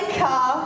car